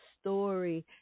story